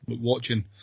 watching